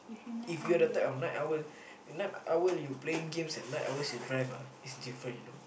if you are the type of night owl you night owl you playing games and night owl you drive ah is different you know